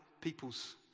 people's